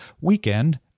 weekend